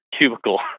cubicle